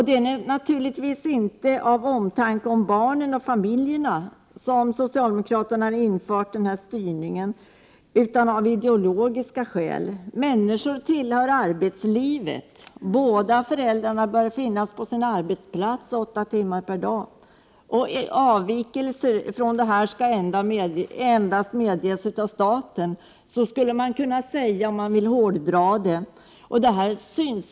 Det är naturligtvis inte av omtanke om barnen och familjerna som socialdemokraterna infört denna styrning, utan det är av ideologiska skäl. Människorna tillhör arbetslivet. Båda föräldrarna bör finnas på sin arbetsplats åtta timmar per dag. Avvikelser från detta kan endast medges av staten. Så skulle man kunna säga, om man vill hårdra socialdemokraternas resonemang.